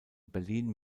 berlin